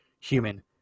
human